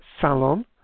salon